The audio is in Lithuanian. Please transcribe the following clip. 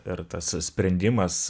ir tas sprendimas